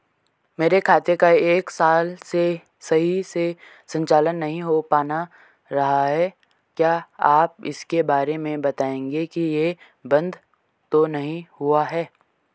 मेरे खाते का एक साल से सही से संचालन नहीं हो पाना रहा है क्या आप इसके बारे में बताएँगे कि ये बन्द तो नहीं हुआ है?